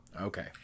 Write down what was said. okay